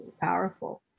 powerful